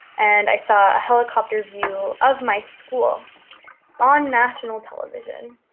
and i saw a helicopter view of my school on national television,